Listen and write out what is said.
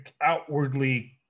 outwardly